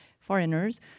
foreigners